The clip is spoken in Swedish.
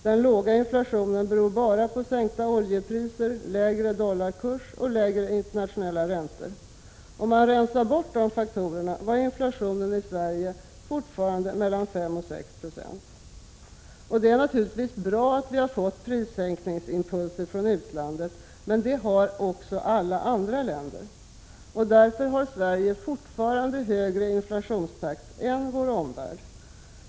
Den låga inflationen beror bara på sänkta oljepriser, lägre dollarkurs och lägre internationella räntor. Om man rensar bort dessa faktorer var inflationen i Sverige fortfarande mellan 5 och 6 96. Det är naturligtvis bra att vi har fått prissänkningsimpulser från utlandet, men det har också alla andra länder. Därför har Sverige fortfarande högre inflationstakt än vår omvärld.